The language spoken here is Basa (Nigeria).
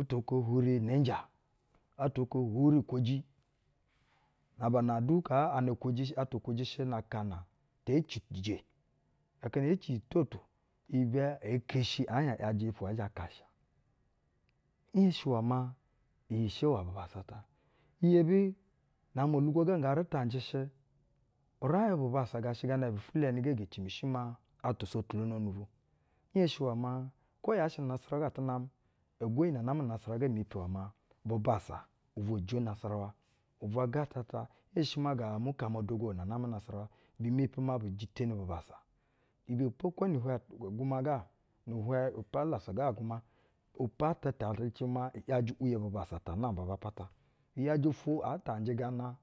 Atwa oko hwuri unenja, atwa okohwuei koji. Na aba na du kaa atwa kuje shɛ na akana ee ci kuje. Aka na ee ci utoto, ibɛ ee ksehi ɛɛ hieŋ i’yajɛ ofwo na ɛɛ zhɛ a kasha. Nhenshi iwɛ maa, iyi shɛ iwɛ bubassa ta. Iyebi, na-amɛ olugwo ga nga rɛtanjɛ, ishɛ, uraiŋ bubassa gashɛ gana uraiŋ bufulani ga ge cimishi maa atwa sotulononu bu. Nhenshi iwɛ maa kwo ya shɛ nu unasarawa ga atu namɛ, egonyi na namɛ nu unasarawa ga mepi iwɛ maa, bubassa ubwa jwe unasarawa, ubwa ga tata, nhenshi maa ga mukama dogo na namɛ unasarawa bi mepi maa bi jiteni bubassa, ibɛpo kwo ni-ihwɛ agwuma ga, ni ihwɛ igɛsɛjɛ agwuma, apata ta rɛcɛ maa, i’yajɛ u’uye bubassa na namba ba apata. I’yajɛ ofwo ata njɛ gana,